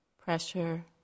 pressure